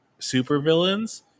supervillains